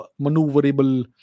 maneuverable